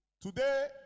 Today